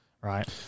right